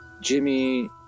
jimmy